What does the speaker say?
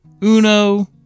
Uno